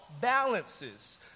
balances